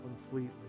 completely